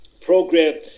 program